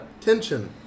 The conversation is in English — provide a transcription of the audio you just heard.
tension